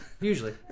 Usually